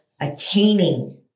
Attaining